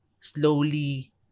slowly